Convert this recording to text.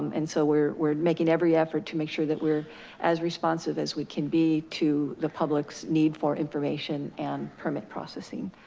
and so we're we're making every effort to make sure that we're as responsive as we can be to the public's need for information and permit processing.